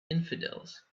infidels